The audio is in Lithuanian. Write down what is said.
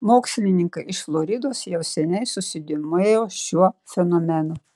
mokslininkai iš floridos jau seniai susidomėjo šiuo fenomenu